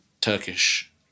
Turkish